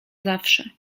zawsze